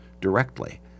directly